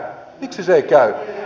ja toinen